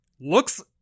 looks